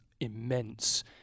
immense